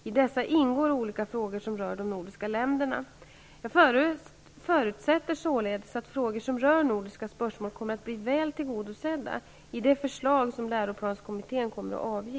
I dessa ingår olika frågor som rör de nordiska länderna. Jag förutsätter således att frågor som rör nordiska spörsmål kommer att bli väl tillgodosedda i det förslag som läroplanskommittén kommer att avge.